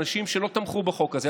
אין כמעט אנשים שלא תמכו בחוק הזה.